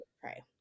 pray